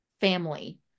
family